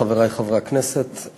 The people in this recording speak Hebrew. חברי חברי הכנסת,